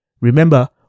Remember